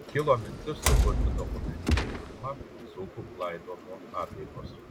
kilo mintis sukurti dokumentinį filmą dzūkų laidojimo apeigos